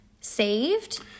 saved